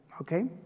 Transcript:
Okay